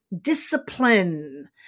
discipline